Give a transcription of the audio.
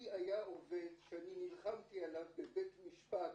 לי היה עובד שאני נלחמתי עליו בבית המשפט,